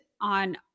on